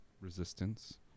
Resistance